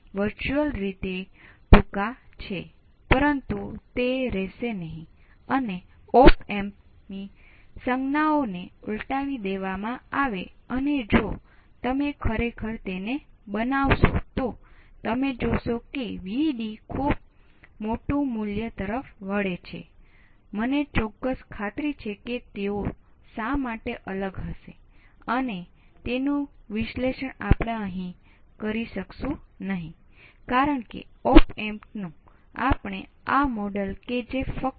તેથી સામાન્ય રીતે જો તમારી પાસે બે registers VA × R4 Vb× R3R4 R3 છે અને તમને કેટલાક પ્રવૃત્તિ પ્રશ્ન અથવા સોંપણીના પ્રશ્નમાં આ પ્રકારનું પરિણામ મળી ચૂક્યું છે અને આપણે અહીં તેનો જ ઉપયોગ કરીશું